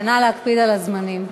ונא להקפיד על הזמנים.